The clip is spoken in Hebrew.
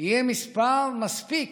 יהיה מספיק